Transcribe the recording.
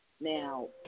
Now